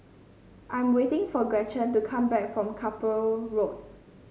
I'm waiting for Gretchen to come back from Carpmael Road